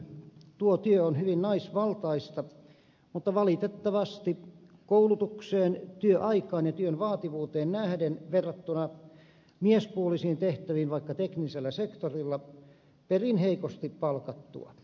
tuo työ on hyvin naisvaltaista mutta valitettavasti koulutukseen työaikaan ja työn vaativuuteen nähden verrattuna miespuolisiin tehtäviin vaikka teknisellä sektorilla perin heikosti palkattua